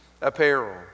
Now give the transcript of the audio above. apparel